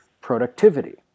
productivity